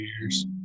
years